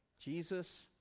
Jesus